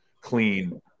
clean